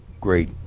great